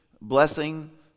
blessing